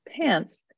pants